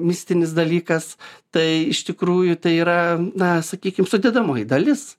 mistinis dalykas tai iš tikrųjų tai yra na sakykim sudedamoji dalis